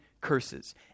curses